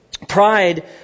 Pride